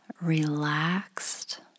Relaxed